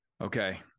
Okay